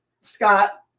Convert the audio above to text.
Scott